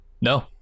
No